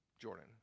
jordan